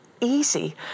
easy